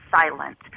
silent